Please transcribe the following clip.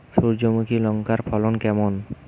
সূর্যমুখী লঙ্কার ফলন কেমন?